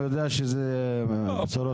הוא יודע שאלה בשורות לא טובות.